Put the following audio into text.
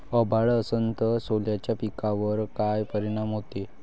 अभाळ असन तं सोल्याच्या पिकावर काय परिनाम व्हते?